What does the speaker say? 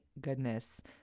goodness